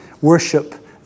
worship